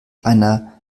einer